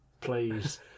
Please